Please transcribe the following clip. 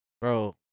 Bro